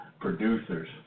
producers